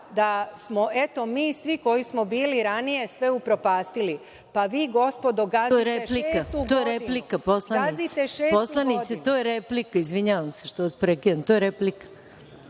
da smo eto mi svi koji smo bili ranije sve upropastili. Pa vi gospodo gazdujete šestu godinu …(Predsednik: To je replika, poslanice. Izvinjavam se što vas prekidam. To je replika.)Pa